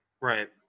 right